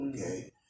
okay